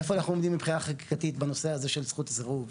איפה אנחנו עומדים מבחינה חקיקתית בנושא הזה של זכות הסירוב,